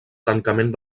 tancament